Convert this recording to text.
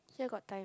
here got time